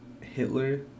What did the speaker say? Hitler